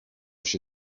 się